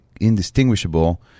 indistinguishable